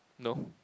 no